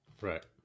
Right